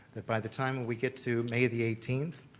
that by the time we get to may the eighteenth,